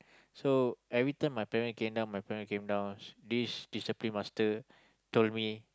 so every time my parent came down my parent came down this discipline master told me